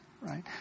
right